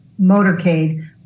motorcade